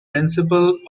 principal